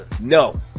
No